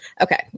Okay